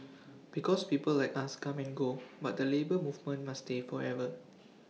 because people like us come and go but the Labour Movement must stay forever